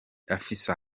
afsa